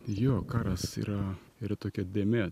jo karas yra yra tokia dėmė